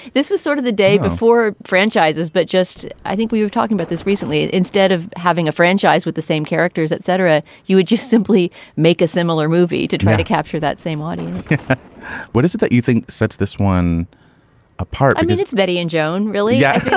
this was sort of the day before franchises. but just i think we were talking about this recently. and instead of having a franchise with the same characters, et cetera, you would just simply make a similar movie to try to capture that same audience what is it that you think sets this one apart? i mean, it's betty and joan. really? yes.